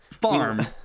farm